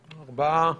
ארבעה.